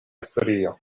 historio